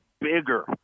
bigger